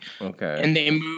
Okay